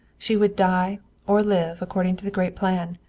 she would die or live according to the great plan,